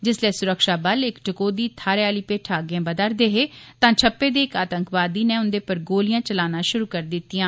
जिसलै सुरक्षा बल इक टकोह्दी थाह्रै आली पेठा अग्गैं बधा'रदे हे तां छप्पे दे इक आतंकवादी नै उंदे पर गोलियां चलाना शुरू करी दित्ता